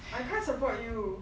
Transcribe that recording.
I can't support you